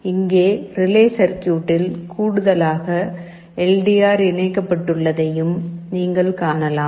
இங்கே ரிலே சர்கியூட்டில் கூடுதலாக எல் டி ஆர் இணைக்கப்பட்டுள்ளதையும் நீங்கள் காணலாம்